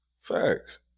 Facts